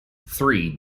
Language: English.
three